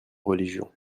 religion